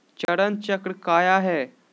चरण चक्र काया है?